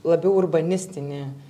labiau urbanistinį